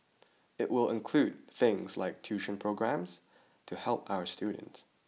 it will include things like tuition programmes to help our students